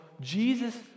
Jesus